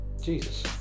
Jesus